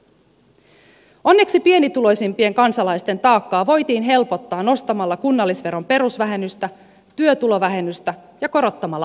onneksi pienituloisimpien kansalaisten taakkaa voitiin helpottaa nostamalla kunnallisveron perusvähennystä työtulovähennystä ja korottamalla asumistukea